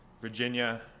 Virginia